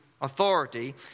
authority